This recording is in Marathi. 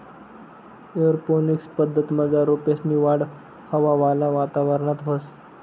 एअरोपोनिक्स पद्धतमझार रोपेसनी वाढ हवावाला वातावरणात व्हस